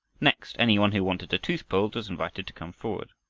next, any one who wanted a tooth pulled was invited to come forward.